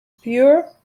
pure